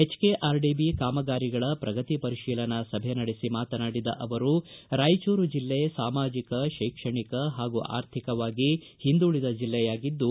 HKRDB ಕಾಮಗಾರಿಗಳ ಪ್ರಗತಿ ಪರಿಶೀಲನಾ ಸಭೆ ನಡೆಸಿ ಮಾತನಾಡಿದ ಅವರು ರಾಯಚೂರು ಜಿಲ್ಲೆ ಸಾಮಾಜಕ ಶೈಕ್ಷಣಿಕ ಹಾಗೂ ಆರ್ಥಿಕವಾಗಿ ಹಿಂದುಳಿದ ಜಿಲ್ಲೆಯಾಗಿದ್ದು